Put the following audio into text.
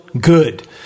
good